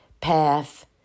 path